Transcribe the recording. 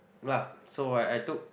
so I I took